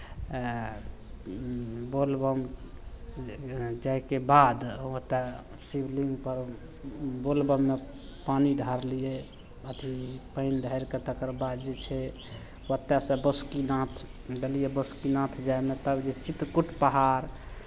बोलबम जायके बाद ओतय शिवलिंग पर बोलबममे पानि ढारलियै अथी पानि ढारि कऽ तकरबाद जे छै ओतयसँ बासुकिनाथ गेलियै बासुकिनाथ जायमे तब जे चित्रकूट पहाड़